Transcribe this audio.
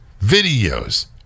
videos